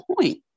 point